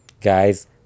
guys